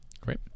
Great